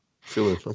feeling